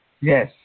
yes